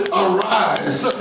arise